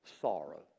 sorrow